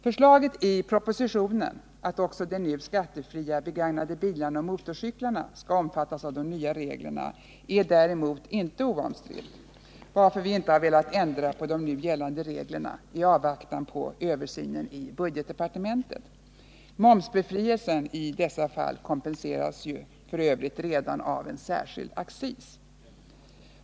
Förslaget i propositionen att också de nu skattefria begagnade bilarna och motorcyklarna skall omfattas av de nya reglerna är däremot inte oomstritt, varför vi inte har velat ändra de nu gällande reglerna i avvaktan på översynen i budgetdepartementet. Momsbefrielsen i dessa fall kompenseras ju f. ö. redan av en särskild accis.